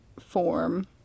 form